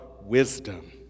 wisdom